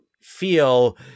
feel